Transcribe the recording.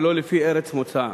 ולא לפי ארץ מוצאם.